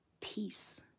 peace